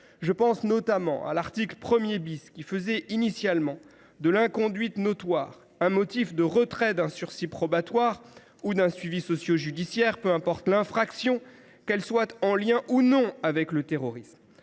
Je pense notamment à l’article 1 , qui faisait initialement de « l’inconduite notoire » le motif de retrait d’un sursis probatoire ou d’un suivi sociojudiciaire, peu importe l’infraction, qu’elle soit en lien ou non avec le terrorisme.